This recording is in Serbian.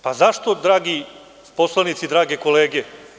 Pa, zašto dragi poslanici, drage kolege?